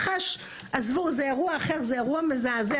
מח"ש זה אירוע אחר, זה אירוע מזעזע.